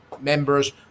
members